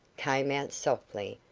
came out softly,